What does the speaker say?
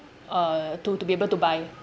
uh to to be able to buy